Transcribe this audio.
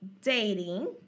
dating